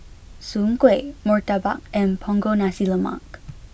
Soon Kuih Murtabak and Punggol Nasi Lemak